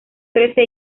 trece